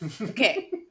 Okay